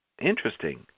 Interesting